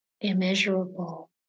immeasurable